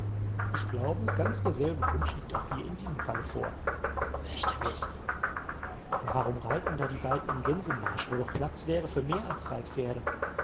ich glaube ganz derselbe grund liegt auch hier in diesem falle vor möchte wissen aber warum reiten da die beiden im gänsemarsch wo doch platz wäre für mehr als drei pferde